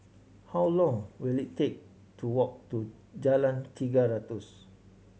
how long will it take to walk to Jalan Tiga Ratus